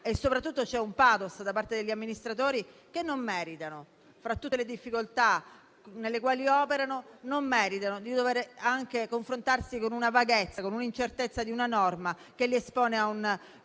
soprattutto, c'è un *pathos* da parte degli amministratori che non meritano, fra tutte le difficoltà nelle quali operano, di doversi confrontare con la vaghezza e l'incertezza di una norma che li espone a un pericolo,